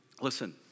Listen